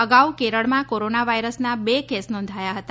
અગાઉ કેરળમાં કોરોના વાયરસના બે કેસ નોંધાયા હતા